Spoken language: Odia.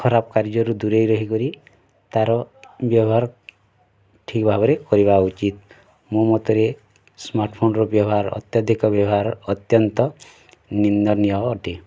ଖରାପ କାର୍ଯ୍ୟରୁ ଦୂରେଇ ରହିକରି ତାର ବ୍ୟବହାର ଠିକ୍ ଭାବରେ କରିବା ଉଚିତ ମୋ ମତରେ ସ୍ମାର୍ଟଫୋନର ବ୍ୟବହାର ଅତ୍ୟଧିକ ବ୍ୟବହାର ଅତ୍ୟନ୍ତ ନିନ୍ଦନୀୟ ଅଟେ